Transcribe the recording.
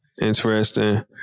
interesting